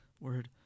word